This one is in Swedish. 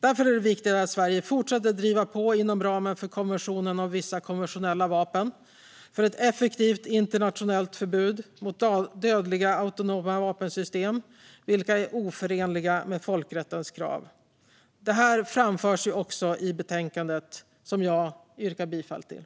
Därför är det viktigt att Sverige fortsätter driva på inom ramen för konventionen om vissa konventionella vapen för ett effektivt internationellt förbud mot dödliga autonoma vapensystem, som är oförenliga med folkrättens krav. Detta framförs också i förslaget, som jag yrkar bifall till.